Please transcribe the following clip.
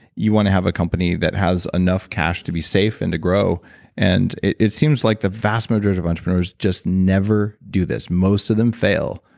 you want to have a company that has enough cash to be safe and to grow and it it seems like the vast majority of entrepreneurs just never do this. most of them fail.